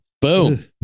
Boom